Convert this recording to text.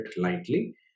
lightly